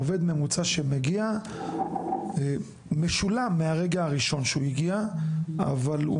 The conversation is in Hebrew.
עובד ממוצע שמגיע משולם מהרגע הראשון שהוא הגיע אבל הוא